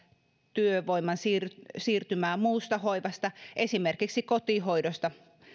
työvoiman siirtymää siirtymää muusta hoivasta esimerkiksi kotihoidosta